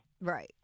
Right